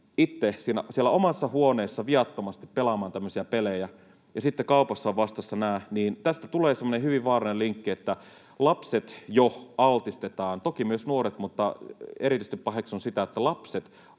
siellä omassa huoneessa viattomasti pelaamaan tämmöisiä pelejä ja sitten kaupassa ovat vastassa nämä, tästä tulee semmoinen hyvin vaarallinen linkki, että jo lapset altistetaan — toki myös nuoret, mutta erityisesti paheksun sitä,